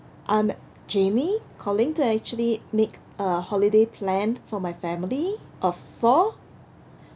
I'm jamie calling to actually make a holiday plan for my family of four